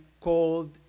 called